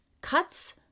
cuts